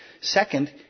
Second